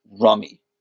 Rummy